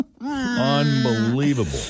Unbelievable